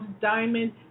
Diamond